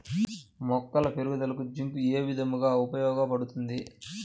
మొక్కల పెరుగుదలకు జింక్ ఏ విధముగా ఉపయోగపడుతుంది?